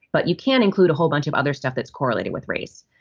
but you can't include a whole bunch of other stuff that's correlated with race.